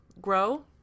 grow